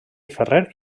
ferrer